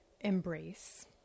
embrace